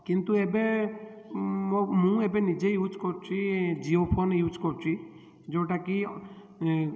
କିନ୍ତୁ ଏବେ ମୁଁ ଏବେ ନିଜେ ୟୁଜ୍ କରୁଛି ଜିଓ ଫୋନ୍ ୟୁଜ୍ କରୁଛି ଯେଉଁଟାକି